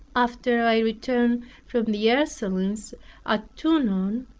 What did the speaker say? after i returned from the ursulines at tonon,